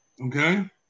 Okay